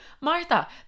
Martha